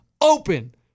open